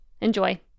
Enjoy